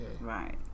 Right